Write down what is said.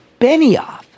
Benioff